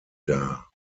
dar